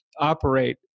operate